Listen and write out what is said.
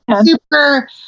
super